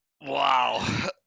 Wow